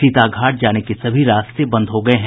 सीताघाट जाने के सभी रास्ते बंद हो गये हैं